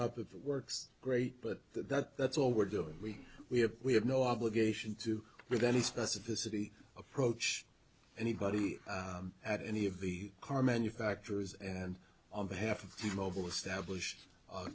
up it works great but that that's all we're doing we we have we have no obligation to with any specificity approach anybody at any of the car manufacturers and on behalf of the mobile establish